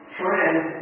friends